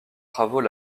travaux